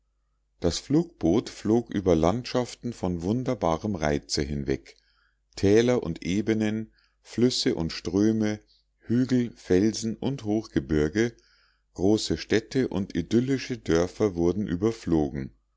das luftboot flog über landschaften von wunderbarem reize hinweg täler und ebenen flüsse und ströme hügel felsen und hochgebirge große städte und idyllische dörfer wurden überflogen